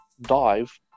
dive